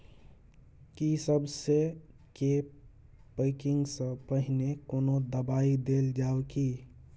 की सबसे के पैकिंग स पहिने कोनो दबाई देल जाव की?